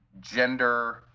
gender